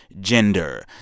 gender